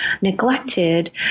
neglected